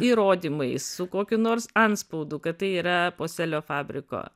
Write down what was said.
įrodymais su kokiu nors antspaudu kad tai yra posėlio fabriko